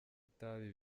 itabi